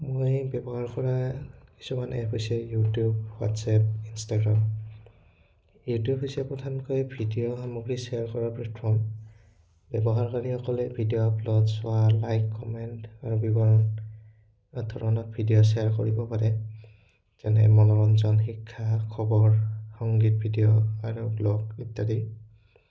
মই ব্যৱহাৰ কৰা কিছুমান এপ হৈছে ইউটিউব হোৱাটছএপ ইনষ্টাগ্ৰাম ইউটিউব হৈছে প্ৰধানকৈ ভিডিঅ' সামগ্ৰী শ্বেয়াৰ কৰা প্লেটফৰ্ম ব্যৱহাৰকাৰীসকলে ভিডিঅ' আপলড চোৱা লাইক কমেণ্ট আৰু বিৱৰণ ধৰণৰ ভিডিঅ' শ্বেয়াৰ কৰিব পাৰে যেনে মনোৰঞ্জন শিক্ষা খবৰ সংগীত ভিডিঅ' আৰু ব্লগ ইত্যাদি